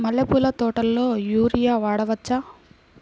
మల్లె పూల తోటలో యూరియా వాడవచ్చా?